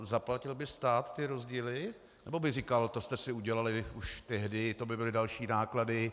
Zaplatil by stát ty rozdíly, nebo by říkal: to jste si udělali už tehdy, to by byly další náklady.